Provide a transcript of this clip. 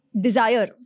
desire